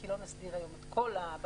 כי לא נסדיר היום את כל הבלגן,